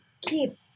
keep